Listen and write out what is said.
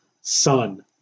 Son